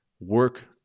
work